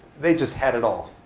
they just had it all.